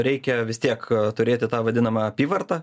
reikia vis tiek turėti tą vadinamą apyvartą